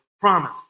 promise